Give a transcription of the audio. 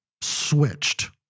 switched